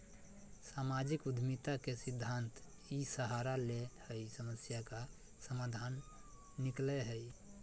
सामाजिक उद्यमिता के सिद्धान्त इ सहारा ले हइ समस्या का समाधान निकलैय हइ